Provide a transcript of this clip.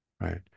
right